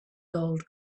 gold